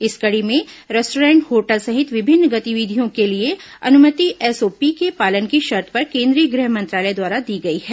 इस कड़ी में रेस्टोरेंट होटल सहित विभिन्न गतिविधियों के लिए अनुमति एसओपी के पालन की शर्त पर केंद्रीय गृह मंत्रालय द्वारा दी गई है